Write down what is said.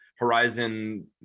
Horizon